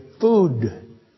food